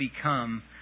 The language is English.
become